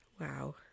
wow